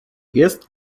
jest